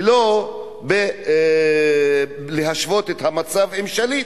ולא להשוות את המצב עם שליט.